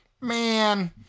man